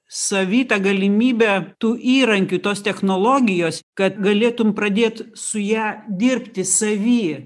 savy tą galimybę tų įrankių tos technologijos kad galėtum pradėt su ja dirbti savy